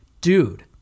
Dude